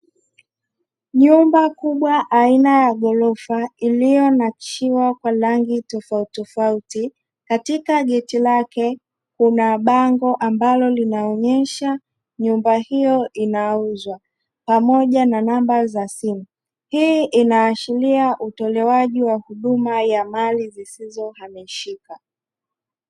Nyuma kubwa aina ya gjorofa iliyonakshiwa kwa rangi tofautitofauti, katika geti lake kuna bango ambalo linaonesha nyumba hio inauzwa pamoja na namba za simu. Hii inaashiria utolewaji wa huduma ya mali zisizo hamishika.